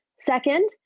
Second